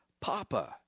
papa